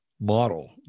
model